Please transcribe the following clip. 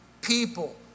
people